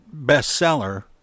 bestseller